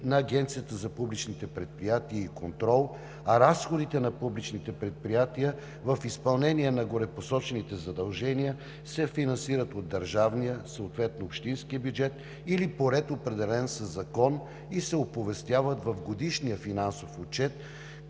на Агенцията за публичните предприятия и контрол, а разходите на публичните предприятия в изпълнение на горепосочените задължения, се финансират от държавния, съответно общинския бюджет, или по ред, определен със закон и се оповестяват в Годишния финансов отчет,